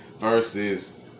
versus